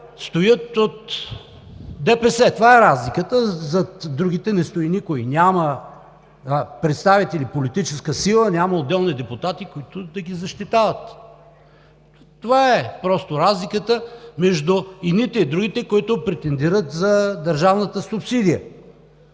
стоят от ДПС – това е разликата. Зад другите не стои никой – няма представители, политическа сила, няма отделни депутати, които да ги защитават. Това е просто разликата между едните и другите, които претендират за държавната субсидия.